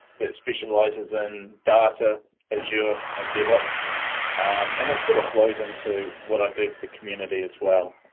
that specializes in data azure and devops and they sort of flows into what i do for the community as well.